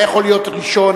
אתה יכול להיות ראשון?